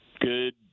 good